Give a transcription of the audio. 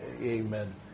Amen